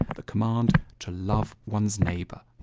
the command to love one's neighbor.